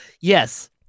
yes